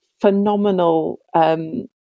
phenomenal